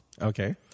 Okay